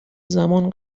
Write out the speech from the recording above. زمان